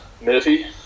Murphy